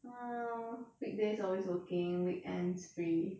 err weekdays always working weekends free